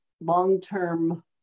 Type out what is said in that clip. long-term